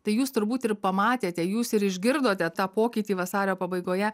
tai jūs turbūt ir pamatėte jūs ir išgirdote tą pokytį vasario pabaigoje